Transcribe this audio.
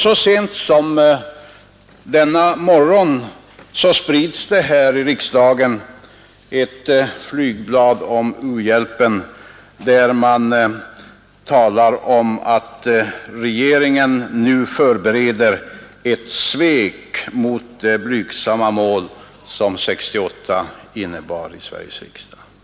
Så sent som denna morgon sprids det här i riksdagen ett flygblad om u-hjälpen, där man talar om att regeringen nu förbereder ett steg mot det blygsamma mål som 1968 års beslut i Sveriges riksdag innebar.